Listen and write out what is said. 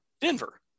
Denver